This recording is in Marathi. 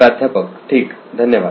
प्राध्यापक ठीक धन्यवाद